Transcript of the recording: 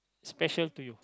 special to you